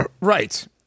Right